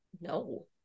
no